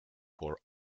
for